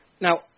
Now